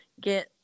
get